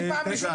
אני פעם ראשונה?